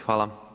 Hvala.